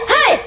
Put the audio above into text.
Hey